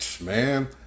man